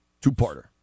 Two-parter